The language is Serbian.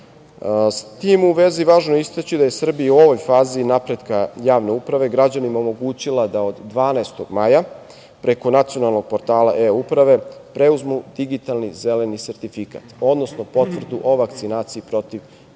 tim u vezi, važno je istaći da je Srbija u ovoj fazi napretka javne uprave građanima omogućila da od 12. maja preko nacionalnog portala e-uprave preuzmu digitalni zeleni sertifikat, odnosno potvrdu o vakcinaciji protiv virusa